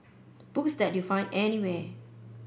books that you find anywhere